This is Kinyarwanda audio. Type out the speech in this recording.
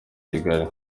kigali